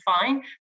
fine